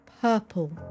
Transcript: purple